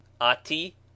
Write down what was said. Ati